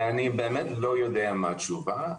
אני לא יודע מה התשובה.